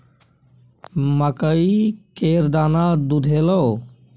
मकइ केर दाना दुधेलौ?